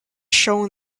shown